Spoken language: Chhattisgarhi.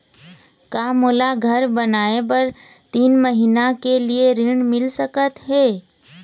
का मोला घर बनाए बर तीन महीना के लिए ऋण मिल सकत हे?